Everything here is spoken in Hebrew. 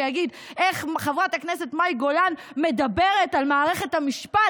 ויגיד: איך חברת הכנסת מאי גולן מדברת על מערכת המשפט?